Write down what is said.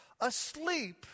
Asleep